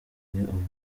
naguye